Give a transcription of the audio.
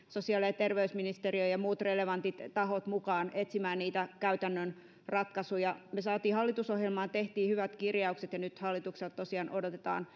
sosiaali ja terveysministeriö ja ja muut relevantit tahot mukaan etsimään niitä käytännön ratkaisuja hallitusohjelmaan tehtiin hyvät kirjaukset ja nyt hallitukselta tosiaan odotetaan